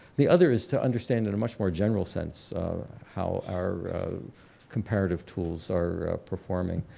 the other is to understand in a much more general sense how are comparative tools are performing.